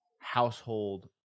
household